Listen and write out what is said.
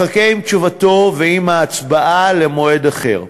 אחכה עם תשובתו ועם ההצבעה למועד אחר.